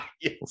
yes